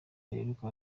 riheruka